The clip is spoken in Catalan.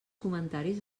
comentaris